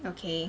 okay